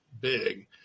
big